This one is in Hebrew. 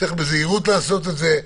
צריך לעשות את זה בזהירות.